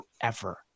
forever